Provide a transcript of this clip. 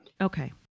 Okay